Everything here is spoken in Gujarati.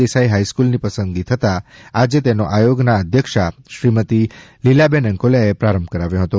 દેસાઇ હાસ્ક્રલની પસંદગી થતાં આજે તેનો આયોગના અધ્યક્ષા શ્રીમતી લીલાબેન અંકોલિયાએ પ્રારંભ કરાવ્યો હતો